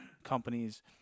companies